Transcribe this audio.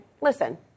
Listen